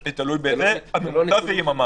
תלוי, הממוצע זה יממה.